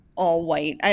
all-white